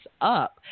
up